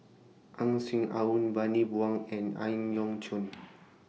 Ang Swee Aun Bani Buang and Ang Yau Choon